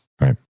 right